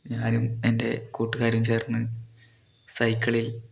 ഞാനും എൻ്റെ കൂട്ടുകാരും ചേർന്ന് സൈക്കിളിൽ